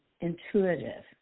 intuitive